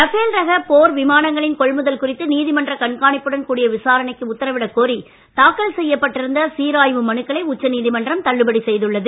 Rafale ரக போர் விமானங்களின் கொள்முதல் குறித்து நீதிமன்ற கண்காணிப்புடன் கூடிய விசாரணைக்கு உத்தரவிடக் கோரி தாக்கல் செய்யப்பட்டிருந்த சீராய்வு மனுக்களை உச்சநீதிமன்றம் தள்ளுபடி செய்துள்ளது